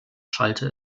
schallte